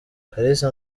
kalisa